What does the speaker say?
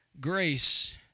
Grace